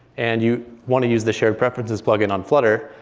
and you want to use the shared preferences plug-in on flutter.